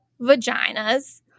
vaginas